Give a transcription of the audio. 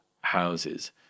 houses